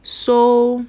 so